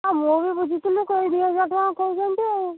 ହଁ ମୁଁ ବି ବୁଝିଥିଲି ଦୁଇହଜାର ଟଙ୍କା କହୁଛନ୍ତି ଆଉ